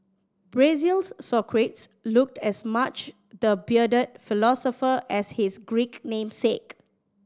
Brazil's Socrates looked as much the bearded philosopher as his Greek namesake